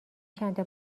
چندتا